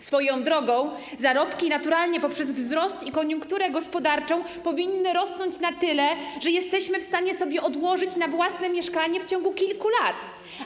Swoją drogą zarobki naturalnie poprzez wzrost i koniunkturę gospodarczą powinny rosnąć na tyle, żebyśmy byli w stanie sobie odłożyć na własne mieszkanie w ciągu kilku lat.